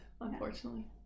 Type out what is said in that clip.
unfortunately